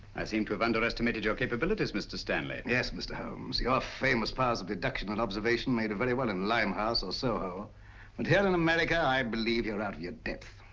seemed to have underestimated your capabilities, mr. stanley. yes, mr. holmes, you're famous powers of deduction and observation made of very well in limehouse or soho but here in america i believe you're out of your depth.